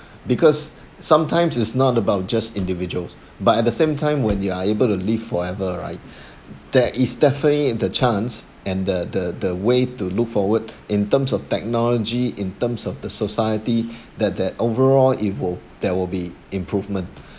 because sometimes it's not about just individuals but at the same time when you are able to live forever right there is definitely the chance and the the the way to look forward in terms of technology in terms of the society that that overall it will there will be improvement